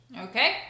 Okay